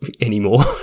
anymore